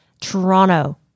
Toronto